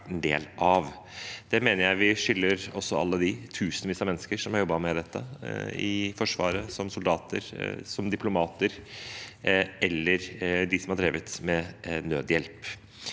en del av. Det mener jeg vi skylder alle de tusenvis av mennesker som har jobbet med dette, i Forsvaret som soldater, som diplomater og de som har drevet med nødhjelp.